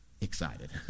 excited